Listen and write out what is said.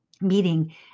Meeting